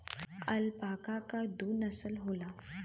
alpaca क दू नसल होला